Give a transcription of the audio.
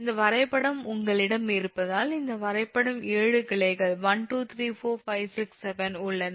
இந்த வரைபடம் உங்களிடம் இருப்பதால் இந்த வரைபடம் 7 கிளைகள் 1234567 உள்ளன